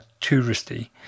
touristy